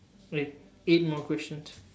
wait eight more questions